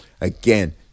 again